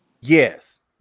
yes